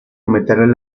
aumentaron